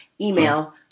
email